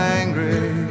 angry